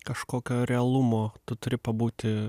kažkokio realumo tu turi pabūti